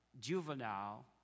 juvenile